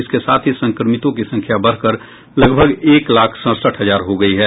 इसके साथ ही संक्रमितों की संख्या बढ़कर लगभग एक लाख सड़सठ हजार हो गयी है